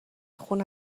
خون